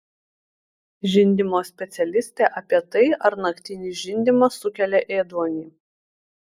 žindymo specialistė apie tai ar naktinis žindymas sukelia ėduonį